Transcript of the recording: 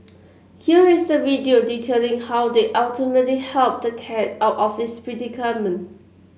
here is the video detailing how they ultimately helped the cat out of its predicament